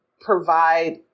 provide